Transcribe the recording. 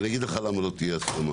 למה הלא תהיה הסכמה